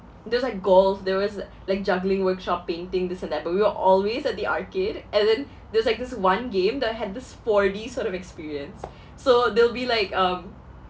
there's like golf there was like juggling workshop painting this and that but we were always at the arcade and then there's like this one game that had this four D sort of experience so there'll be like um